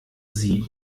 sie